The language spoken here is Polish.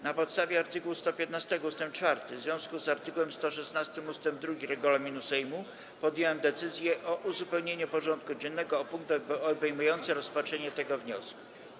Na podstawie art. 115 ust. 4 w związku z art. 116 ust. 2 regulaminu Sejmu podjąłem decyzję o uzupełnieniu porządku dziennego o punkt obejmujący rozpatrzenie tego wniosku.